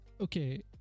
Okay